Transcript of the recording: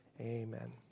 Amen